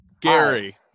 gary